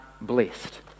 blessed